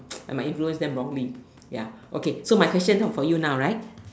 I might influence them wrongly ya okay so my question for you now right